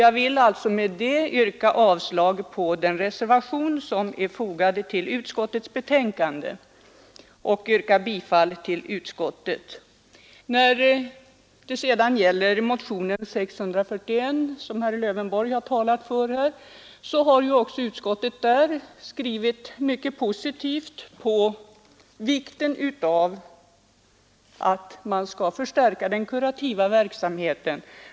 Jag vill alltså yrka avslag på den reservation som är fogad till utskottets betänkande och yrkar bifall till utskottets hemställan. När det gäller motionen 641, som herr Lövenborg här talat för, har utskottet skrivit mycket positivt om vikten av att förstärka den kurativa verksamheten.